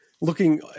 looking